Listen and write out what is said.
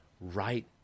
right